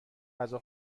غذا